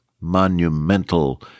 monumental